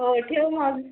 होय ठेव मग